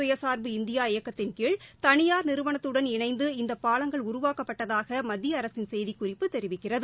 சுயசா்பு இந்தியா இயக்கத்தின் கீழ் தனியார் நிறுவனத்துடன் இணைந்து இந்த பாலங்கள் உருவாக்கப்பட்டதாக மத்திய அரசின் செய்திக்குறிப்பு தெரிவிக்கிறது